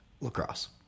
lacrosse